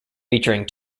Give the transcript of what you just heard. featuring